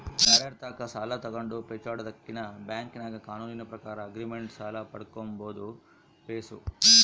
ಬ್ಯಾರೆರ್ ತಾಕ ಸಾಲ ತಗಂಡು ಪೇಚಾಡದಕಿನ್ನ ಬ್ಯಾಂಕಿನಾಗ ಕಾನೂನಿನ ಪ್ರಕಾರ ಆಗ್ರಿಮೆಂಟ್ ಸಾಲ ಪಡ್ಕಂಬದು ಬೇಸು